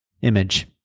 image